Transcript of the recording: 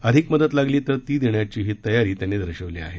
अधिक मदत लागली तर ती देण्याचीही तयारी त्यांनी दर्शवली आहे